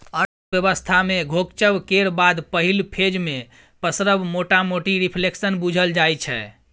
अर्थव्यवस्था मे घोकचब केर बाद पहिल फेज मे पसरब मोटामोटी रिफ्लेशन बुझल जाइ छै